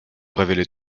révéler